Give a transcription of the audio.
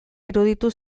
iruditu